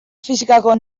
fisikako